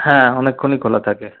হ্যাঁ অনেকক্ষণই খোলা থাকে